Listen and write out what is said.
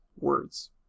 words